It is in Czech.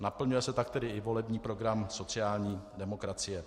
Naplňuje se tak i volební program sociální demokracie.